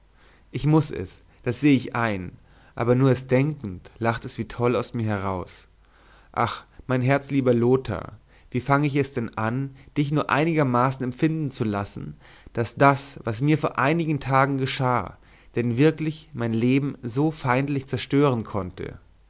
ich muß es das sehe ich ein aber nur es denkend lacht es wie toll aus mir heraus ach mein herzlieber lothar wie fange ich es denn an dich nur einigermaßen empfinden zu lassen daß das was mir vor einigen tagen geschah denn wirklich mein leben so feindlich zerstören konnte